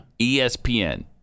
ESPN